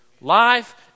Life